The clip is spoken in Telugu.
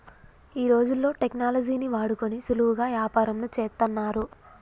ఈ రోజుల్లో టెక్నాలజీని వాడుకొని సులువుగా యాపారంను చేత్తన్నారు